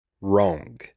Wrong